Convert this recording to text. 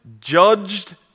judged